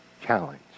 challenge